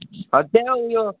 हजुर त्यहाँ उयो